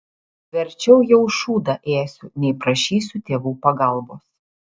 verčiau jau šūdą ėsiu nei prašysiu tėvų pagalbos